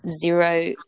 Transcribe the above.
Zero